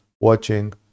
watching